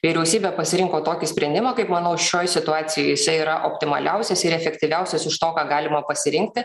vyriausybė pasirinko tokį sprendimą kaip manau šioj situacijoj jisai yra optimaliausias ir efektyviausias iš to ką galima pasirinkti